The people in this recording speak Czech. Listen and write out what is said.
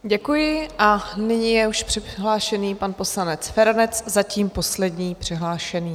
Děkuji a nyní je už přihlášen je pan poslanec Feranec, zatím poslední přihlášený.